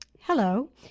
Hello